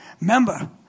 Remember